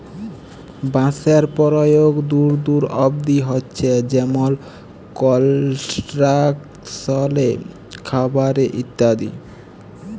বাঁশের পরয়োগ দূর দূর অব্দি হছে যেমল কলস্ট্রাকশলে, খাবারে ইত্যাদি